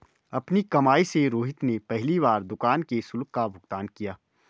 अपनी कमाई से रोहित ने पहली बार दुकान के शुल्क का भुगतान किया